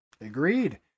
Agreed